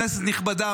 כנסת נכבדה,